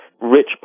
rich